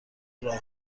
راه